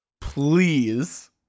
Please